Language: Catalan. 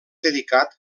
dedicat